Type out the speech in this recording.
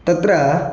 तत्र